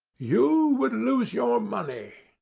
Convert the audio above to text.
you would lose your money,